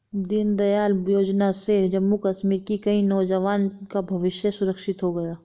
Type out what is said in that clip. दीनदयाल योजना से जम्मू कश्मीर के कई नौजवान का भविष्य सुरक्षित हो गया